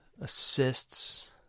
assists